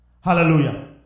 hallelujah